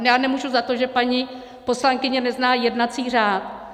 Já nemůžu za to, že paní poslankyně nezná jednací řád.